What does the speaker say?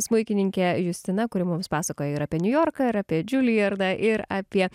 smuikininkė justina kuri mums pasakoja ir apie niujorką ir apie džiulijardą ir apie